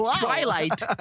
Twilight